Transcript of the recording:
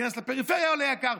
להיכנס לפריפריה יקר.